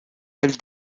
elle